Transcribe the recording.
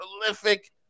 prolific